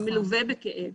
שמלווה בכאב.